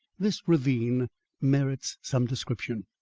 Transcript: this ravine merits some description.